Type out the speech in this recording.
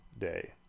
day